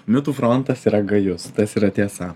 mitų frontas yra gajus tas yra tiesa